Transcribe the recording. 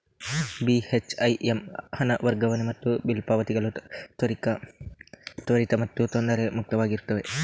ಬಿ.ಹೆಚ್.ಐ.ಎಮ್ ಹಣ ವರ್ಗಾವಣೆ ಮತ್ತು ಬಿಲ್ ಪಾವತಿಗಳು ತ್ವರಿತ ಮತ್ತು ತೊಂದರೆ ಮುಕ್ತವಾಗಿರುತ್ತವೆ